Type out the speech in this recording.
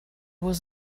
was